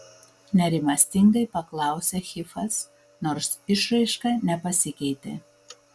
nerimastingai paklausė hifas nors išraiška nepasikeitė